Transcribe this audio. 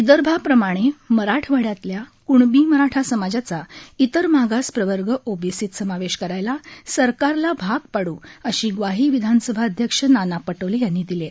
विदर्भाप्रमाणे मराठवाड्यातील कृणबी मराठा समाजाचा इतर मागास प्रवर्ग ओबीसीत समावेश करायला सरकारला भाग पाडू अशी ग्वाही विधानसभा अध्यक्ष नाना पटोले यांनी दिली आहे